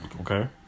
Okay